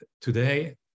today